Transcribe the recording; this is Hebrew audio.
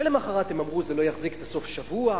למחרת הם אמרו שזה לא יחזיק את סוף השבוע.